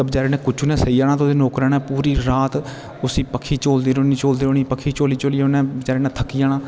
ते बेचारे कुचु ने सेई जाना ते ओह्दे रौकरा ने पूरी रात उस्सी पखी चोलदे रोह्नी झोलदे रोह्नी पखी झोली झोली उन्ने बेचारे न थकी जाना